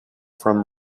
from